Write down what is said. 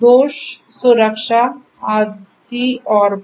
दोष सुरक्षा आदि और भी